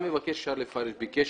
בדרך